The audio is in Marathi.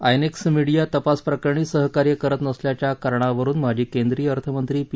आयएनएक्स मीडिया तपासप्रकरणी सहकार्य करत नसल्याच्या कारणावरुन माजी केंद्रीय अर्थमंत्री पी